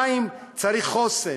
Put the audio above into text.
2. צריך חוסן,